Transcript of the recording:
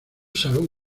salón